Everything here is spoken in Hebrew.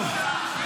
טוב,